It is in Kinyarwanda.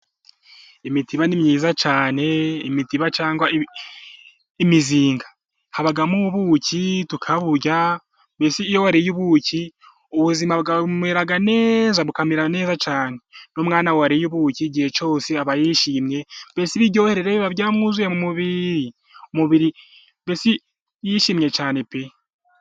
Imitiba ni myiza cyane, imitiba cyangwa imizinga habamo ubuki tukaburya mbese iyo wariye ubuki ubuzima bwawe bumera neza bukamera neza cyane, n'umwana wariye ubuki igihe cyose aba yishimye mbese ibiryoherere biba byamwuzuye mu mubiri, mu mubiri mbese yishimye cyane pe!